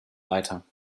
weiter